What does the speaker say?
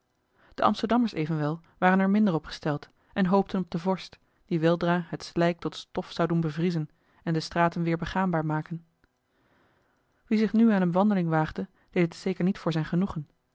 de amsterdammers evenwel waren er minder op gesteld en hoopeli heimans willem roda ten op de vorst die weldra het slijk tot stof zou doen bevriezen en de straten weer begaanbaar maken wie zich nu aan eene wandeling waagde deed het zeker niet voor zijn genoegen